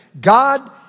God